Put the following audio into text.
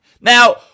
Now